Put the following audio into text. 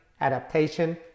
adaptation